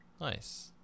Nice